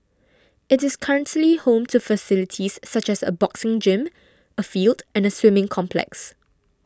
it is currently home to facilities such as a boxing gym a field and a swimming complex